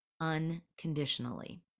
unconditionally